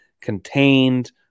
contained